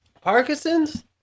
Parkinson's